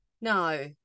No